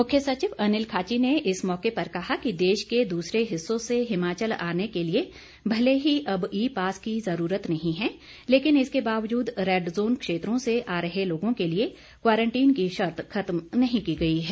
मुख्य सचिव अनिल खाची ने इस मौके पर कहा कि देश के दूसरे हिस्सों से हिमाचल आने के लिए भले ही अब ई पास की जरूरत नहीं है लेकिन इसके बावजूद रैड जोन क्षेत्रों से आ रहे लोगों के लिए क्वारंटीन की शर्त खत्म नहीं की गई है